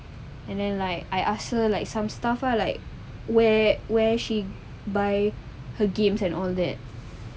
and then like I ask her like some stuff lah like where she buy her games and all that